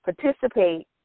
participate